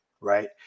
right